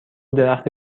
درخت